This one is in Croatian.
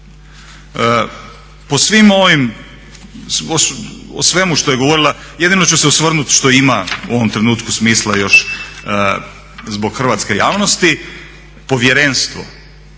Po svim ovim, o svemu što je govorila jedino ću se osvrnuti što ima u ovom trenutku smisla još zbog hrvatske javnosti povjerenstvo